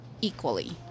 equally